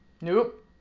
nope